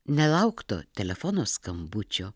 nelaukto telefono skambučio